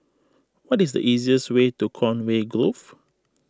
what is the easiest way to Conway Grove